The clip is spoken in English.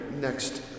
next